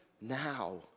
now